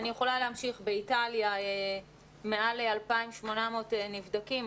באיטליה מעל 2,800 נבדקים,